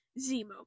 Zemo